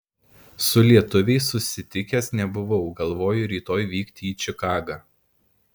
su lietuviais susitikęs nebuvau galvoju rytoj vykti į čikagą